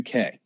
UK